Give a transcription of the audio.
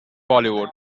bollywood